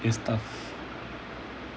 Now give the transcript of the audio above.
is tough